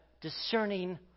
discerning